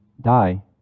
die